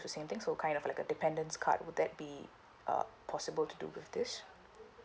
the same thing so kind of like a dependence card would that be uh possible to do with this